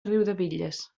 riudebitlles